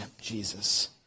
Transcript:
Jesus